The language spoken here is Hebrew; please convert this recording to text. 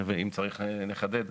אם צריך נחדד.